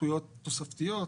זכויות תוספתיות,